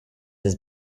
his